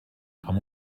amb